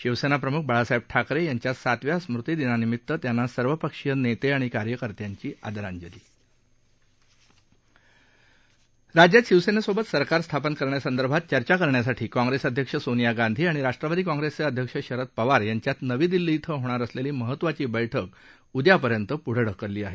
शिवसेनाप्रम्ख बाळासाहेब ठाकरे यांच्या सातव्या स्मृतिदिनानिमित्त त्यांना सर्वपक्षीय नेते आणि कार्यकर्त्यांची आदरांजली राज्यात शिवसेनेसोबत सरकार स्थापन करण्यासंदर्भात चर्चा करण्यासाठी काँग्रेस अध्यक्ष सोनिया गांधी आणि राष्ट्रवादी काँग्रेसचे अध्यक्ष शरद पवार यांच्यात नवी दिल्ली इथं होणार असलेली महत्त्वाची बैठक उदयापर्यंत पृढं ढकलली आहे